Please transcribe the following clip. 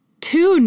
two